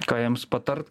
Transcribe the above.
ką jiems patart